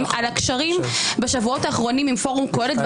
על הקשרים בשבועות האחרונים עם פורום קהלת,